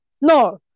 No